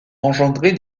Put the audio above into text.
engendrer